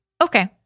Okay